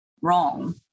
wrong